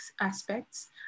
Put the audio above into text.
aspects